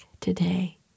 today